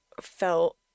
felt